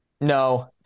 No